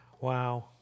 wow